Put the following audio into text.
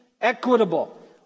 equitable